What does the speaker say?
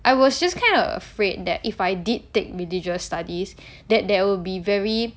I was just kind of afraid that if I did take religious studies that there will be very